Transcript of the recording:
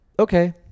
okay